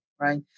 right